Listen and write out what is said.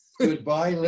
Goodbye